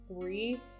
three